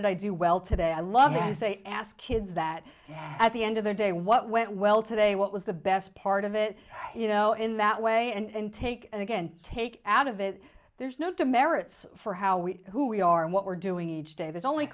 did i do well today i love to say ask kids that at the end of the day what went well today what was the best part of it you know in that way and take it again take out of it there's no to merits for how we who we are and what we're doing each day there's only